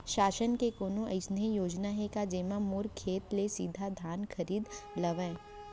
शासन के कोनो अइसे योजना हे का, जेमा मोर खेत ले सीधा धान खरीद लेवय?